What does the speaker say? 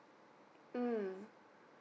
mm